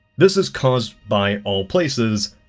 this is cause. by all places.